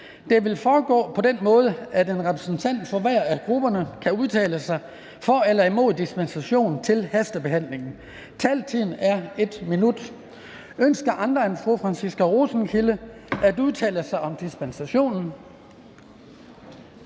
Det vil foregå på den måde, at en repræsentant for hver af grupperne kan udtale sig for eller imod dispensation til hastebehandling. Taletiden er 1 minut. Ønsker andre end fru Franciska Rosenkilde at udtale sig om dispensationen?